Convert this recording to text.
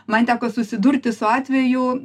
man teko susidurti su atvejų